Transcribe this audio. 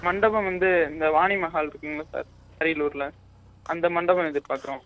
மண்டபம் வந்து இந்த வாணி மஹால் இருக்குதுங்கள்ல சார் அரியலூரில் அந்த மண்டபம் எதிர்பார்க்குறோம்